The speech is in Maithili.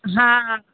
हँ